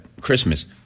Christmas